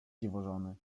dziwożony